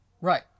Right